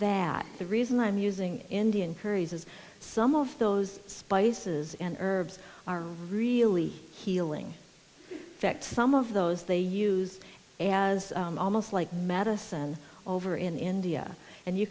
that the reason i'm using indian curries is some of those spices and herbs are really healing effect some of those they use as almost like medicine over in india and you